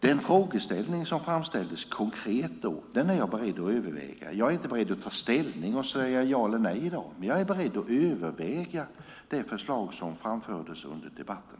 Den frågeställning som framställdes konkret är jag beredd att överväga. Jag är inte beredd att ta ställning och säga ja eller nej i dag. Men jag är beredd att överväga det förslag som framfördes här under debatten.